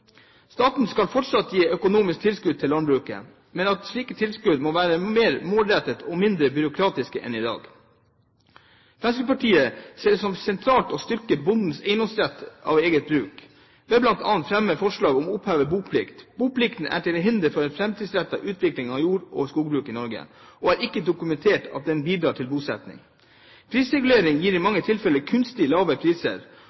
Staten skal fortsatt gi økonomisk tilskudd til landbruket, men slike tilskudd må være mer målrettede og mindre byråkratiske enn i dag. Fremskrittspartiet ser det som sentralt å styrke bondens eiendomsrett til eget bruk, ved bl.a. å fremme forslag om å oppheve boplikt. Boplikten er til hinder for en framtidsrettet utvikling av jord- og skogbruk i Norge, og det er ikke dokumentert at den bidrar til bosetting. Prisreguleringen gir i